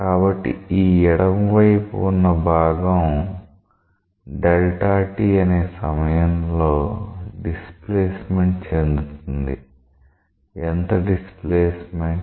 కాబట్టి ఈ ఎడమ వైపు ఉన్న భాగం t అనే సమయంలో డిస్ప్లేస్మెంట్ చెందుతుంది ఎంత డిస్ప్లేస్మెంట్